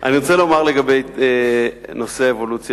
אני רוצה לומר כמה דברים לגבי נושא האבולוציה.